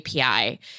API